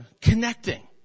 connecting